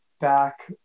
back